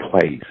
place